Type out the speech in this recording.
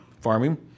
Farming